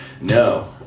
No